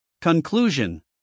Conclusion